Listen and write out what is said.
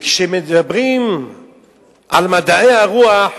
כשמדברים על מדעי הרוח,